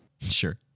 Sure